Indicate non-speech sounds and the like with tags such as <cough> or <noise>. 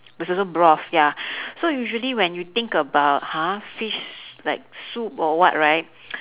there's also broth ya <breath> so usually when you think about !huh! fish s~ like soup or what right <noise>